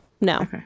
No